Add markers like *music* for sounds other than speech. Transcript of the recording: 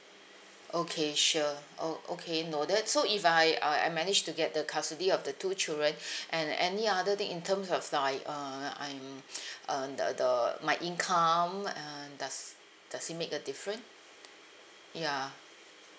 okay sure oh okay noted so if I uh I manage to get the custody of the two children *breath* and any other thing in terms of like uh I'm *breath* um the the my income um does does it make a different ya